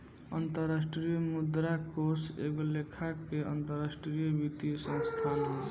अंतरराष्ट्रीय मुद्रा कोष एगो लेखा के अंतरराष्ट्रीय वित्तीय संस्थान ह